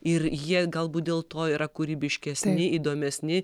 ir jie galbūt dėl to yra kūrybiškesni įdomesni